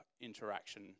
interaction